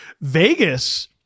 Vegas